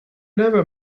never